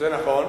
זה נכון.